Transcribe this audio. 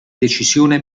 decisione